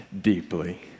deeply